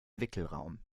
wickelraum